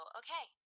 okay